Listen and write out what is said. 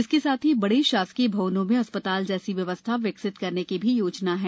इसके साथ ही बड़े शासकीय भवनों में अस्पताल जैसी व्यवस्था विकसित करने की भी योजना है